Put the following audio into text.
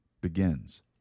begins